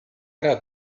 ära